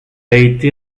été